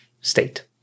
state